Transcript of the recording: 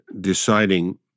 deciding